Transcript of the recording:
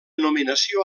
nominació